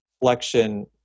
flexion